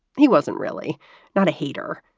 he wasn't really not a hater.